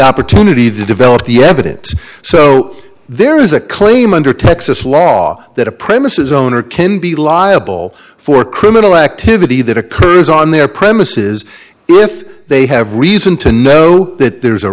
opportunity to develop the evidence so there is a claim under texas law that a premises owner can be liable for criminal activity that occurs on their premises if they have reason to know that there's a